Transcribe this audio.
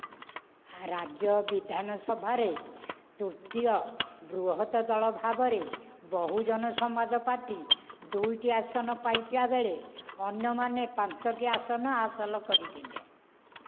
ରାଜ୍ୟ ବିଧାନସଭାରେ ତୃତୀୟ ବୃହତ୍ ଦଳ ଭାବରେ ବହୁଜନ ସମାଜ ପାର୍ଟି ଦୁଇଟି ଆସନ ପାଇଥିବା ବେଳେ ଅନ୍ୟମାନେ ପାଞ୍ଚଟି ଆସନ ହାସଲ କରିଥିଲେ